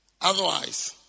Otherwise